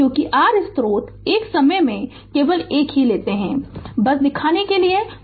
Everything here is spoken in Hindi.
क्योंकि 3 स्रोत एक समय में केवल एक ही लेते हैं बस दिखाने के लिए है